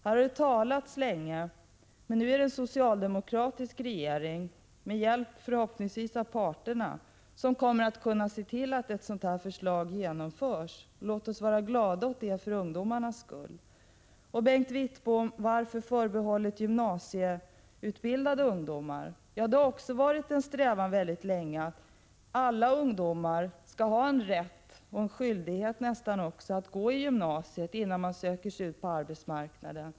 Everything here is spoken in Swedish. Det har talats om detta länge, men nu kommer en socialdemokratisk regering, förhoppningsvis med hjälp av parterna, att kunna se till att ett sådant här förslag genomförs. Låt oss vara glada över det för ungdomarnas skull! Bengt Wittbom frågade varför inskolningsplatserna är förbehållna gymnasieutbildade ungdomar. Det har länge varit en strävan att alla ungdomar skall ha rätt och nästan skyldighet att gå i gymnasiet innan de söker sig ut på arbetsmarknaden.